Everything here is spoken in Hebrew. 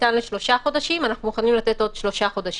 ניתן לשלושה חודשים אנחנו מוכנים לתת עוד שלושה חודשים.